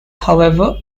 however